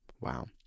Wow